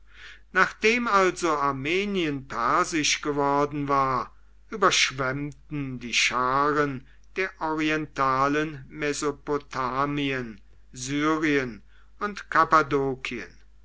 nachdem also armenien persisch geworden war überschwemmten die scharen der orientalen mesopotamien syrien und